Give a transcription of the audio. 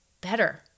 better